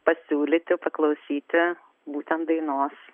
pasiūlyti paklausyti būtent dainos